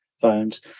phones